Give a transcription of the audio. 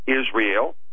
Israel